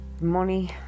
Money